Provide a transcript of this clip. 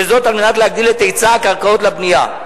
וזאת על מנת להגדיל את היצע הקרקעות לבנייה.